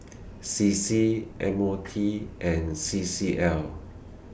C C M O T and C C L